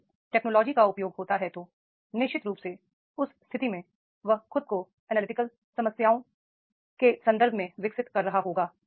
यदि टेक्नोलॉजी का उपयोग होता है तो निश्चित रूप से उस स्थिति में वह खुद को एनालिटिकल समस्याओं के संदर्भ में विकसित कर रहा होगा